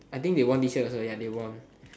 I think they won this year ya they won